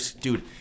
Dude